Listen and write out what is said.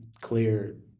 clear